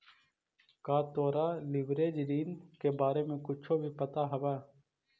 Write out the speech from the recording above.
का तोरा लिवरेज ऋण के बारे में कुछो भी पता हवऽ?